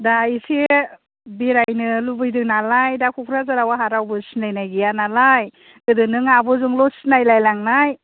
दा एसे बेरायनो लुबैदों नालाय दा क'क्राझाराव आंहा रावबो सिनायनाय गैया नालाय गोदो नों आब'जोंल' सिनायलाय लायनाय